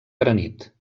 granit